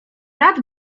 rad